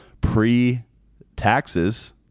pre-taxes